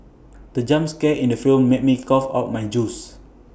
the jump scare in the film made me cough out my juice